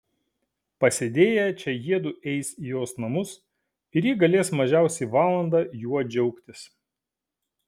pasėdėję čia jiedu eis į jos namus ir ji galės mažiausiai valandą juo džiaugtis